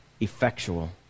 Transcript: effectual